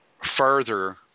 further